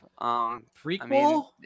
Prequel